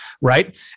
right